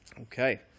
okay